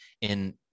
in-